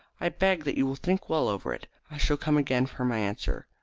i beg that you will think well over it. i shall come again for my answer.